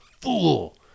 fool